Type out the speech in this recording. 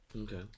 Okay